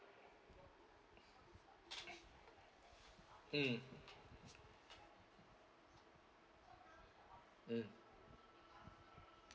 mm mm